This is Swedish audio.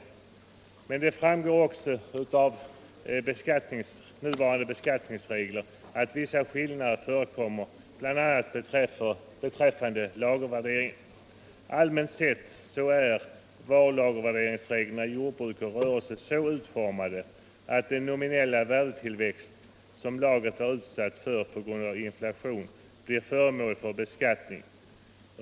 Men det framgår också av nuvarande beskattningsregler att vissa skillnader förekommer bl.a. beträffande lagervärderingen. Allmänt sett är varulagervärderingsreglerna i jordbruk och rörelse så utformade att den nominella värdetillväxt som lagret är utsatt för på grund av inflationen blir föremål för beskattning.